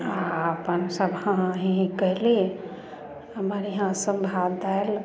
आ अपन सब हाँ हाँ हीँ हीँ कयली हमर इहाँ सब भात दालि